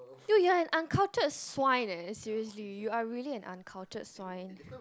dude you're an uncultured swine leh seriously you are really an uncultured swine